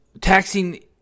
taxing